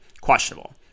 Questionable